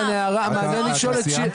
תודה רבה.